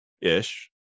ish